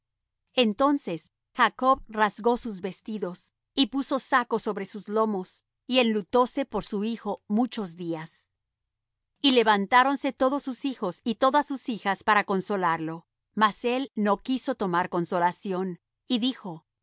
entonces jacob rasgó sus vestidos y puso saco sobre sus lomos y enlutóse por su hijo muchos días y levantáronse todos sus hijos y todas sus hijas para consolarlo mas él no quiso tomar consolación y dijo